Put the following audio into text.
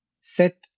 set